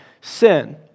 sin